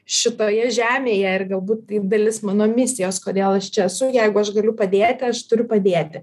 šitoje žemėje ir galbūt tai dalis mano misijos kodėl aš čia su jeigu aš galiu padėti aš turiu padėti